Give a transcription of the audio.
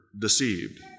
deceived